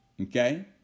Okay